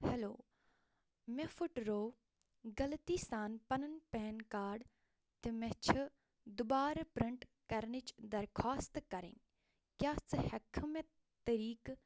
hello مےٚ پھٕٹرو غلطی سان پنُن پین کارڈ تہِ مےٚ چھِ دُبارٕ پرٛنٛٹ کرنٕچ درخوٛاست کَرٕنۍ کیٛاہ ژٕ ہیٚکہِ کھا مےٚ طریٖقہٕ